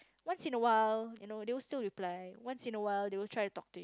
once in a while you know they will still reply once in a while they will try to talk to you